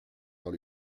dans